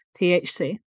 THC